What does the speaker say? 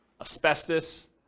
asbestos